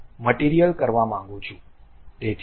material કરવા માંગું છું